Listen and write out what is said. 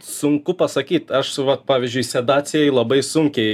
sunku pasakyt aš vat pavyzdžiui sedacijai labai sunkiai po patelės